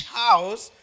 house